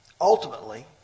Ultimately